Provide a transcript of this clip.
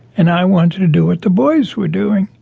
and i wanted to do what the boys were doing.